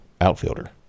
outfielder